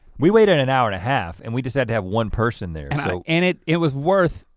we waited an and hour and a half and we just had to have one person there so and it it was worth,